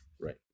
Right